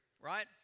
right